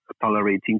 tolerating